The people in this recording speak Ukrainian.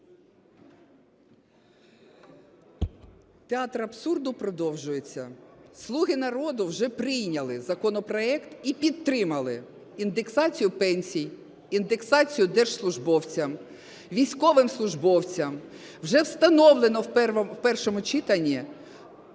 Театр абсурду продовжується. "Слуги народу" вже прийняли законопроект і підтримали індексацію пенсій, індексацію держслужбовцям, військовим службовцям, вже встановлено в першому читанні 1